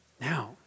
Now